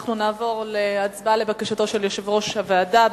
אנחנו נעבור להצבעה על בקשתו של יושב-ראש הוועדה.